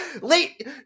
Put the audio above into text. Late